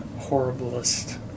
horriblest